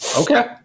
Okay